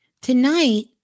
Tonight